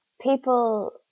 people